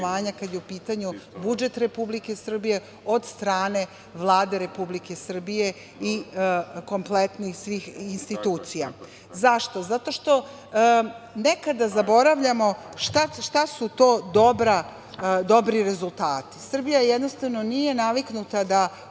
kada je u pitanju budžet Republike Srbije od strane Vlade Republike Srbije i kompletno svih institucija.Zašto? Zato što nekada zaboravljamo šta su to dobri rezultati. Srbija jednostavno nije naviknuta da